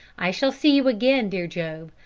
i shall see you again, dear job,